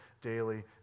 daily